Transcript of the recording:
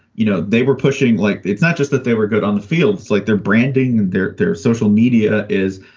you know, they were pushing like it's not just that they were good on the field, like their branding. and they're they're social media is,